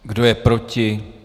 Kdo je proti?